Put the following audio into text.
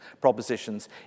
propositions